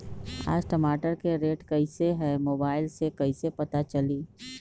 आज टमाटर के रेट कईसे हैं मोबाईल से कईसे पता चली?